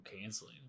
canceling